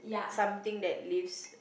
something that leaves